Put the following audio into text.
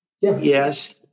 Yes